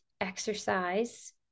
exercise